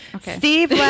Steve